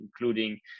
including